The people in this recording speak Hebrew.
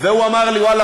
והוא אמר לי: ואללה,